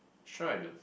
sure I do